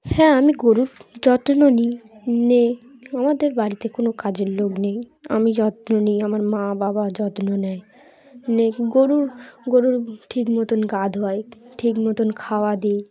হ্যাঁ আমি গরুর যত্ন নিই নিই আমাদের বাড়িতে কোনো কাজের লোক নেই আমি যত্ন নিই আমার মা বাবা যত্ন নেয় নে গরুর গরুর ঠিক মতন গা ধোয়া হয় ঠিক মতন খাওয়া দিই